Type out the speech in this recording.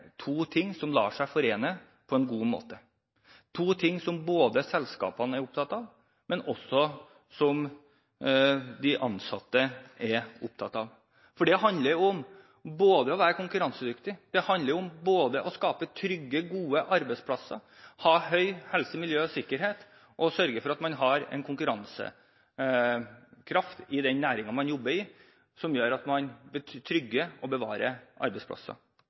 to ting som lar seg forene på en god måte, to ting som både selskapene og de ansatte er opptatt av. Det handler om å være konkurransedyktig, det handler om både å skape trygge, gode arbeidsplasser, å ha et høyt nivå på helse, miljø og sikkerhet og å sørge for at man har en konkurransekraft i den næringen der man jobber, som gjør at man trygger og bevarer arbeidsplasser.